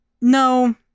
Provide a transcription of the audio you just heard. No